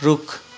रुख